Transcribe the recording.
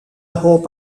hope